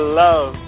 love